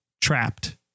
trapped